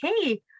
hey